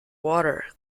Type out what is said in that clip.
water